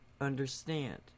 understand